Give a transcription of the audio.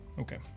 Okay